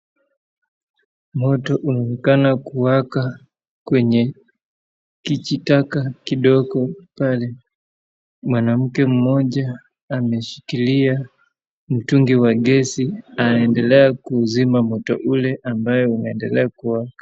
Moto unaonekana kuwaka kwenye kijitaka kidogo pale. Mwanamke mmoja ameshikilia mtungi wa gesi anaendelea kuzima moto ule ambao unaendelea kuwaka.